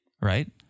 right